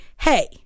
hey